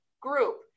group